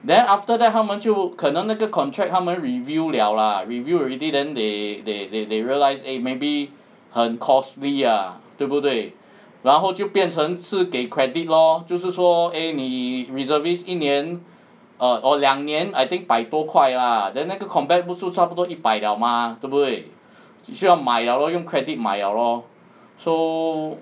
then after that 他们就可能那个 contract 他们 review liao lah review already then they they they they realise eh maybe 很 costly ah 对不对然后就变成赐给 credit lor 就是说 eh 你 reservists 一年 err oh 两年 I think 百多块 ah then 那个 combat boots 差不多一百 liao mah 对不对需要买 liao lor 用 credit 买 liao lor